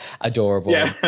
Adorable